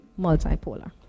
multipolar